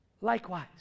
likewise